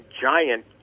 giant